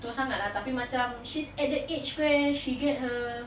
tua sangat tapi macam she at that age where she get her